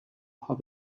half